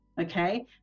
okay